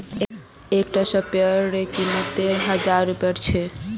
एक टा स्पीयर रे कीमत त हजार रुपया छे